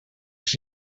els